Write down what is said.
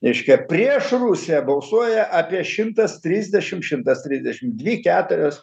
reiškia prieš rusiją balsuoja apie šimtas trisdešim šimtas trisdešim dvi keturios